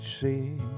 see